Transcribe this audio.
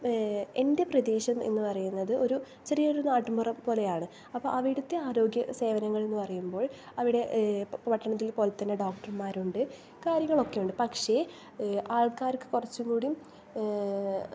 ഇപ്പം എൻ്റെ പ്രദേശം എന്ന് പറയുന്നത് ഒരു ചെറിയൊരു നാട്ടിൻപുറം പോലെയാണ് അപ്പോൾ അവിടുത്തെ ആരോഗ്യ സേവനങ്ങൾ എന്ന് പറയുമ്പോൾ അവിടെ പട്ടണത്തിലെ പോലെതന്നെ ഡോക്ടർമാരുണ്ട് കാര്യങ്ങളൊക്കെ ഉണ്ട് പക്ഷെ ആൾക്കാർക്ക് കുറച്ചുകൂടി